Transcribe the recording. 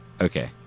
Okay